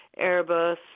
Airbus